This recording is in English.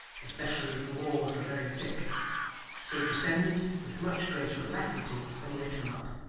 especially as the walls were very thick so descended, with much greater alacrity than he had come up,